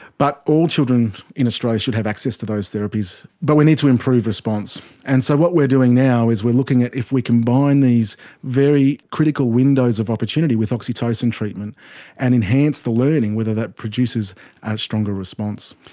but all children in australia should have access to those therapies, but we need to improve response. and so what we are doing now is we are looking at if we combine these very critical windows of opportunity with oxytocin treatment and enhance the learning, whether that produces a stronger response.